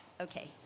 Okay